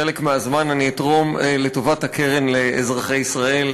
חלק מהזמן אני אתרום לטובת הקרן לאזרחי ישראל.